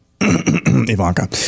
Ivanka